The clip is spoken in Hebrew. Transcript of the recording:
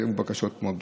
היו בקשות מאוד גדולות.